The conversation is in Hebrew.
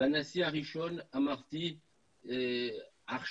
לנשיא הראשון אמרתי שעכשיו,